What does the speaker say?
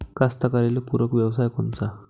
कास्तकाराइले पूरक व्यवसाय कोनचा?